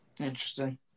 Interesting